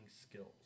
skills